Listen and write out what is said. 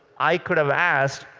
i could have asked,